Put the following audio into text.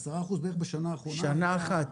עשרה אחוז בשנה האחרונה --- שנה אחת.